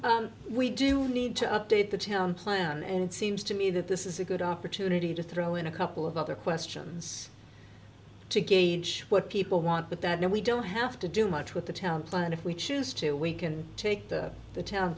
true we do need to update the town plan and seems to me that this is a good opportunity to throw in a couple of other questions to gauge what people want but that no we don't have to do much with the town but if we choose to we can take that the town